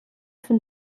von